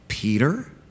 Peter